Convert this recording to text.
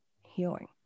healing